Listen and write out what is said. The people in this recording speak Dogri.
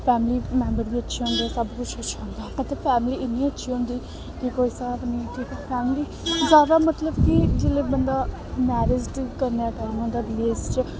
फैमली मैंबर बी अच्छे होंदे सब खुश खुश होंदा मतलब फैमली इ'न्नी अच्छी होंदी कि कोई स्हाब निं क्यूंकि फैमली जैदा मतलब कि जिल्लै बंदा मैरिजड करने दा टाइम होंदा उस एज च